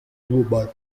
umumaro